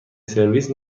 سرویس